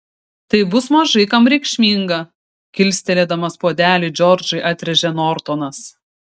tai bus mažai kam reikšminga kilstelėdamas puodelį džordžui atrėžė nortonas